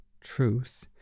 truth